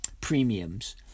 premiums